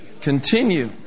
Continue